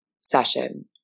session